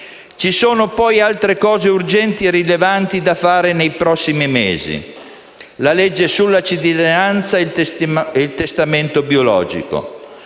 Ci sono, poi, altre cose urgenti e rilevanti da fare nei prossimi mesi: la legge sulla cittadinanza e il testamento biologico.